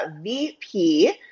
VP